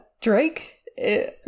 Drake